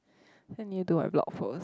then need to do a blog post